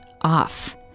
off